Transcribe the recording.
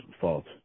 fault